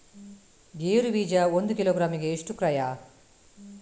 ಗೇರು ಬೀಜ ಒಂದು ಕಿಲೋಗ್ರಾಂ ಗೆ ಎಷ್ಟು ಕ್ರಯ?